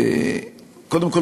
קודם כול,